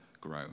grow